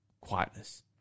quietness